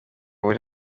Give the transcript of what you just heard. buri